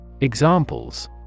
Examples